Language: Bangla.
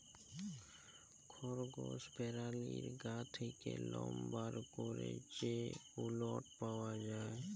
খরগস পেরানীর গা থ্যাকে লম বার ক্যরে যে উলট পাওয়া যায়